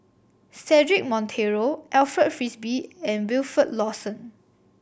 Cedric Monteiro Alfred Frisby and Wilfed Lawson